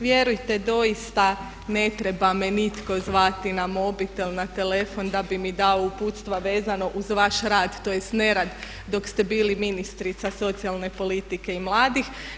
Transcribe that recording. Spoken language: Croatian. Vjerujte doista ne treba me nitko zvati na mobitel, na telefon da bi mi dao uputstva vezano uz vaš rad tj. nerad dok ste bili ministrica socijalne politike i mladih.